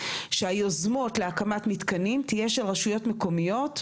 שהיוזמות להקמת מתקנים יהיו של הרשויות המקומיות,